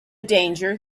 danger